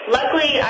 Luckily